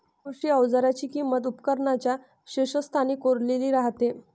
कृषी अवजारांची किंमत उपकरणांच्या शीर्षस्थानी कोरलेली राहते